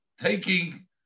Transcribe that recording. taking